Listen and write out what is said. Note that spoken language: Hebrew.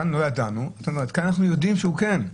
כאן לא ידענו כאן אנחנו יודעים שהוא כן,